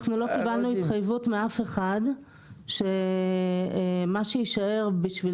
אנחנו לא קיבלנו התחייבות מאף אחד שמה שיישאר בשביל